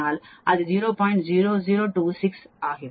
0026 ஆகிவிடும்